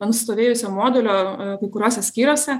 nusistovėjusio modelio kai kuriuose skyriuose